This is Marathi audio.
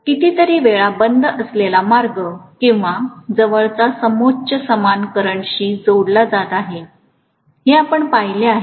कितीतरी वेळा बंद केलेला मार्ग किंवा जवळचा समोच्च समान करंटशी जोडला जात आहे हे आपण लिहिले आहे